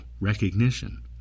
recognition